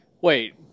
Wait